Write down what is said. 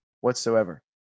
whatsoever